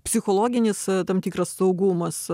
psichologinis tam tikras saugumas